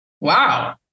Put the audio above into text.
Wow